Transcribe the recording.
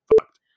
fucked